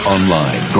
Online